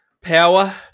power